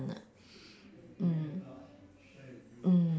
mm mm